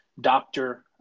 doctor